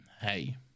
Hey